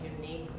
unique